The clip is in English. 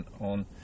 on